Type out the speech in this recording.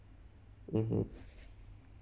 mmhmm